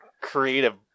creative